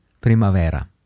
primavera